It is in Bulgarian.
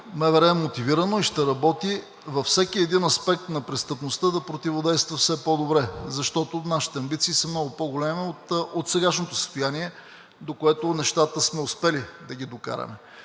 МВР е мотивирано и ще работи във всеки един аспект на престъпността да противодейства все по-добре. Защото нашите амбиции са много по-големи от сегашното състояние, до което сме успели да докараме